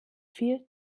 viel